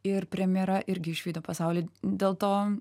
ir premjera irgi išvydo pasaulį dėl to